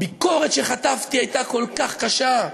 הביקורת שחטפתי הייתה כל כך קשה.